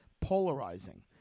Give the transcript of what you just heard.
polarizing